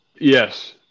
Yes